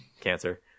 cancer